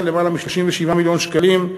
למעלה מ-37 מיליון שקלים,